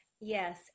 Yes